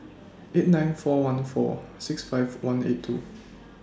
eight nine four one four six five one eight two